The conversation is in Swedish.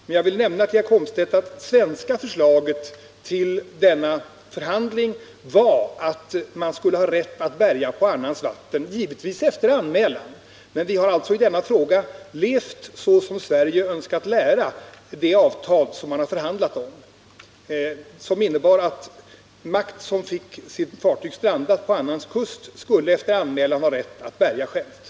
Men jag vill nämna till herr Komstedt att det svenska förslaget vid dessa förhandlingar var Nr 90 att man skulle ha rätt att bärga på annans vatten — givetvis efter anmälan. Vi Tisdagen den haralltså i denna fråga levt så som vi önskat lära i det avtal man har förhandlat 27 februari 1979 om och som innebar att makt, som fick fartyg strandat på annans kust, skulle